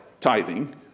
tithing